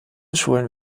schulen